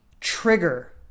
trigger